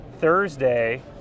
Thursday